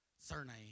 surname